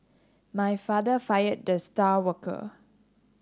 my father fired the star worker